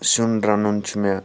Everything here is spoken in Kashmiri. سِیُن رَنُن چھ مےٚ